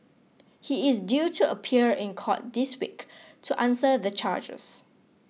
he is due to appear in court this week to answer the charges